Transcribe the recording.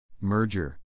Merger